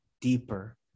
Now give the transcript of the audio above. deeper